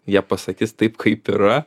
jie pasakys taip kaip yra